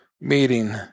Meeting